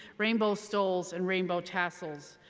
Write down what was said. rainbow stoles and rainbow tassels.